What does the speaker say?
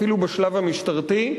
אפילו בשלב המשטרתי,